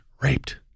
raped